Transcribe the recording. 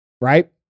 Right